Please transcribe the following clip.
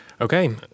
Okay